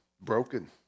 broken